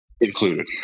included